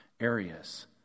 areas